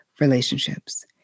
relationships